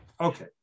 Okay